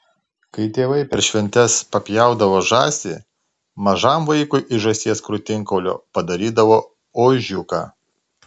kai tėvai per šventes papjaudavo žąsį mažam vaikui iš žąsies krūtinkaulio padarydavo ožiuką